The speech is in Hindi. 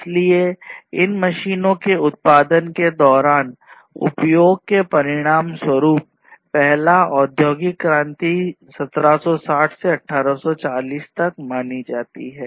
इसलिए इस मशीनों के उत्पादन के दौरान उपयोग के परिणामस्वरूप पहला औद्योगिक में क्रांति 1760 से 1840 तक मानी जाती है